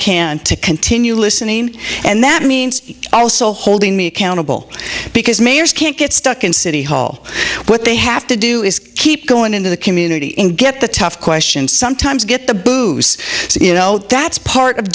can to continue listening and that means also holding me accountable because mayors can't get stuck in city hall what they have to do is keep going into the community in get the tough questions sometimes get the boos you know that's part of